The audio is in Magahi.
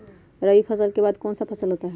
रवि फसल के बाद कौन सा फसल होता है?